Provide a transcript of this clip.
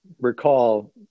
recall